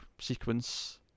sequence